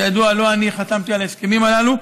כידוע, לא אני חתמתי על ההסכמים הללו.